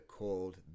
called